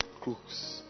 crooks